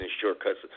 shortcuts